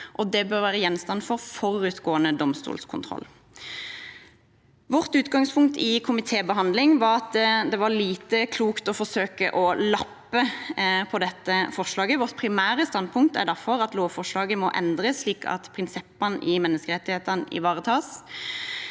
det bør være gjenstand for forutgående domstolskontroll. Vårt utgangspunkt i komitébehandlingen var at det var lite klokt å forsøke å lappe på dette forslaget. Vårt primære standpunkt er derfor at lovforslaget må endres, slik at prinsippene i menneskerettighetene ivaretas.